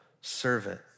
servant